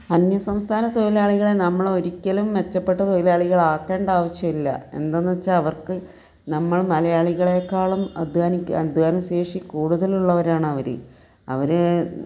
അന്യസംസ്ഥാന തൊഴിലാളികളെ നമ്മൾ ഒരിക്കലും മെച്ചപ്പെട്ട തൊഴിലാളികൾ ആക്കേണ്ട ആവശ്യമില്ല എന്താണെന്ന് വച്ചാൽ അവർക്ക് നമ്മൾ മലയാളികളെക്കാളും അധ്വാനിക്കാൻ അധ്വാന ശേഷി കൂടുതൽ ഉള്ളവരാണ് അവർ അവർ